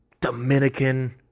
Dominican